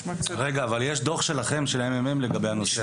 יש דוח שלכם, של הממ"מ לגבי הנושא הזה.